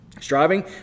Striving